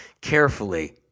carefully